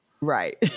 Right